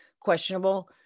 questionable